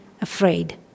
afraid